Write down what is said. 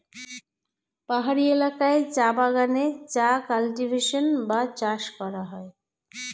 পাহাড়ি এলাকায় চা বাগানে চা কাল্টিভেশন বা চাষ করা হয়